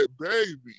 baby